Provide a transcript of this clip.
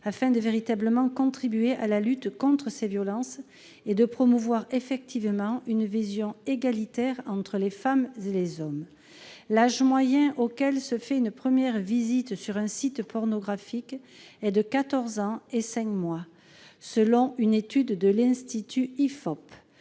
afin de véritablement contribuer à la lutte contre ces violences et de promouvoir effectivement une vision égalitaire entre les femmes et les hommes. L'âge moyen auquel se fait une première visite sur un site pornographique est de 14 ans et 5 mois, selon une étude de l'IFOP.